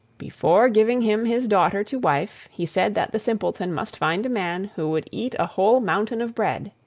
before giving him his daughter to wife he said that the simpleton must find a man who would eat a whole mountain of bread.